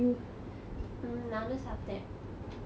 mm நானும் சாப்பிட்டேன்:naanum sappitten